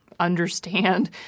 understand